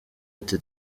ati